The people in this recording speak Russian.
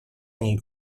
ней